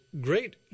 great